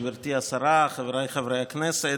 גברתי השרה, חבריי חברי הכנסת,